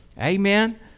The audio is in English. Amen